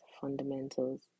fundamentals